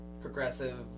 progressive